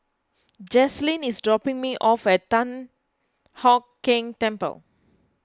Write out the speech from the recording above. Jazlynn is dropping me off at Thian Hock Keng Temple